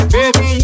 Baby